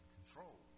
Control